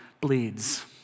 bleeds